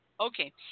Okay